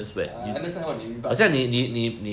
I understand what you mean by